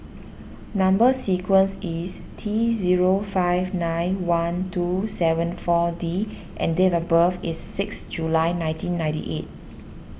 Number Sequence is T zero five nine one two seven four D and date of birth is six July nineteen ninety eight